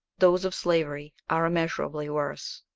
those of slavery are immeasurably worse.